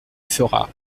fera